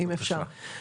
אם אפשר.